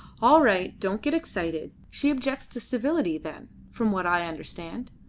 all right. don't get excited. she objects to civility, then, from what i understand.